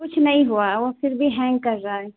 کچھ نہیں ہوا ہے وہ پھر بھی ہینگ کر رہا ہے